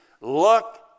look